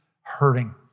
hurting